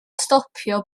stopio